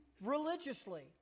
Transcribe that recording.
religiously